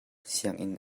sianginn